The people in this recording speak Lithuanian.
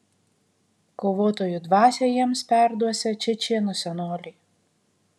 kovotojų dvasią jiems perduosią čečėnų senoliai